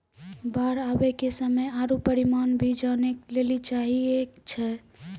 बाढ़ आवे के समय आरु परिमाण भी जाने लेली चाहेय छैय?